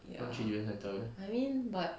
ya I mean but